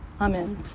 Amen